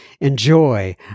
enjoy